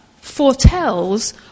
foretells